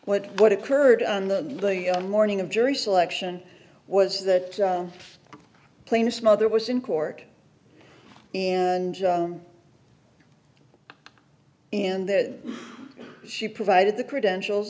what what occurred on the morning of jury selection was that plaintiff's mother was in court and in that she provided the credentials